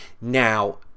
Now